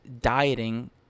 dieting